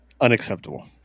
unacceptable